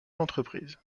l’entreprise